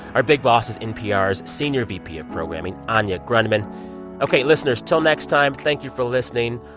our big boss is npr's senior vp of programming, anya grundmann ok, listeners, till next time thank you for listening.